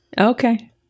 Okay